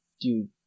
Dude